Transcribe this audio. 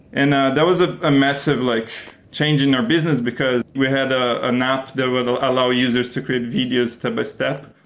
and that that was a ah massive like change in our business, because we had ah an app that would allow users to create videos step-by-step,